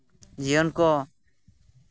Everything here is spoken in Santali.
ᱡᱤᱭᱚᱱ ᱠᱚ